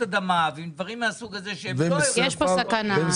אדמה ועם דברים מהסוג הזה --- יש פה סכנה.